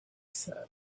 said